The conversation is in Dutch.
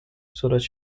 zodat